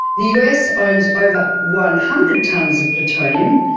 the us owns over one hundred tonnes of plutonium,